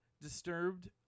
disturbed